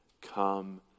come